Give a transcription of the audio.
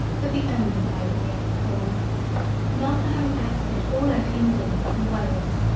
but the only play that we ever performed and after having acted it all over england, and wales,